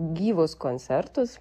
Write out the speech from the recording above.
gyvus koncertus